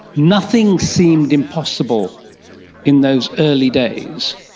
nothing seemed impossible in those early days.